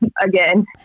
again